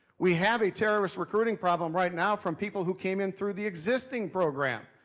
we have a terrorist recruiting problem right now, from people who came in through the existing program.